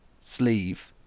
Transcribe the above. sleeve